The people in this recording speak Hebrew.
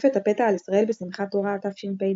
במתקפת הפתע על ישראל בשמחת תורה ה'תשפ"ד,